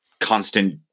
constant